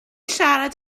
siarad